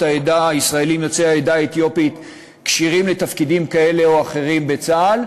העדה האתיופית כשירים לתפקידים כאלה או אחרים בצה"ל,